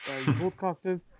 broadcasters